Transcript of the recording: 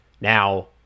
Now